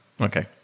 okay